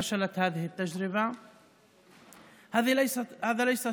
זו הייתה הפעם הראשונה שמפלגה ערבית נכנסה